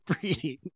breeding